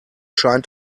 scheint